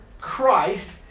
Christ